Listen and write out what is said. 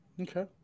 okay